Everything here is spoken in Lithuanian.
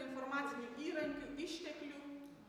informacinių įrankių išteklių